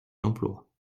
l’emploi